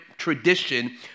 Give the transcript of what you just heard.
tradition